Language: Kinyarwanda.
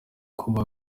kuba